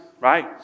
Right